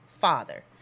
father